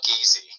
easy